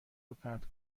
روپرت